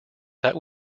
that